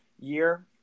year